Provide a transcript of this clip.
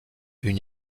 une